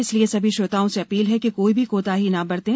इसलिए सभी श्रोताओं से अपील है कि कोई भी कोताही न बरतें